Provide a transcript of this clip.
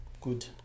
Good